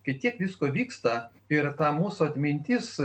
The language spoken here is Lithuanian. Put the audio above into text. kai tiek visko vyksta ir ta mūsų atmintis